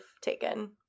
taken